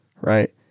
right